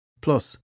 Plus